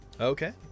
Okay